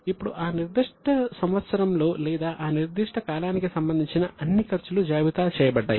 ఇప్పుడు ఆ నిర్దిష్ట సంవత్సరంలో లేదా ఆ నిర్దిష్ట కాలానికి సంబంధించిన అన్ని ఖర్చులు జాబితా చేయబడ్డాయి